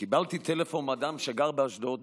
קיבלתי טלפון מאדם שגר באשדוד